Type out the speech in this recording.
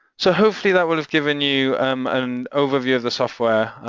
so hopefully, that will have given you um an overview of the software,